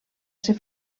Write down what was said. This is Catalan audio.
ser